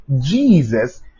jesus